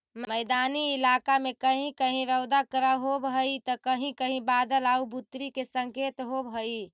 मैदानी इलाका में कहीं कहीं रउदा कड़ा होब हई त कहीं कहीं बादल आउ बुन्नी के संकेत होब हई